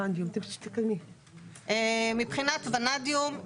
מבחינת ונאדיום: